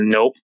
Nope